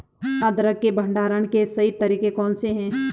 अदरक के भंडारण के सही तरीके कौन से हैं?